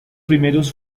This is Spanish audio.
primeros